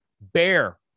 Bear